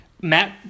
Matt